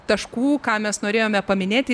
taškų ką mes norėjome paminėti